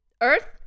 earth